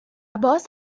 باز